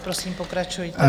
Prosím, pokračujte.